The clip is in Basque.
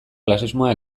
klasismoa